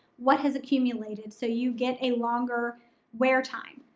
what has accumulated, so you get a longer wear time.